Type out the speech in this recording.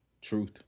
Truth